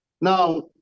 Now